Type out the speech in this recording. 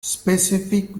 specific